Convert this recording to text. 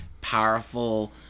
powerful